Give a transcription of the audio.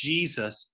Jesus